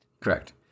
Correct